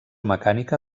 mecànica